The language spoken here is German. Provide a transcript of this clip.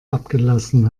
abgelassen